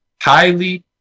highly